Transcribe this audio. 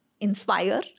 Inspire